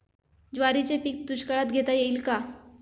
ज्वारीचे पीक दुष्काळात घेता येईल का?